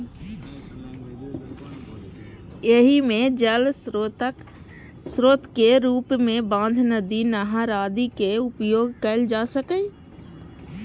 एहि मे जल स्रोतक रूप मे बांध, नदी, नहर आदिक उपयोग कैल जा सकैए